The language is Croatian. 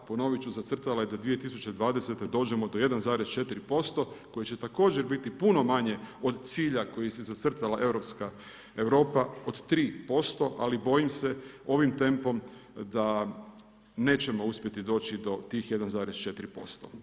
Ponoviti ću, zacrtala je da do 2020. dođemo do 1,4% koji će također biti puno manje od cilja koji si je zacrtala Europa od 3% ali bojim se ovim tempom da nećemo uspjeti doći do tih 1,4%